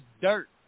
dirt